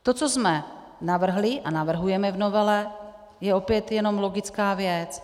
To, co jsme navrhli a navrhujeme v novele, je opět jenom logická věc.